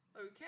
okay